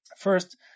First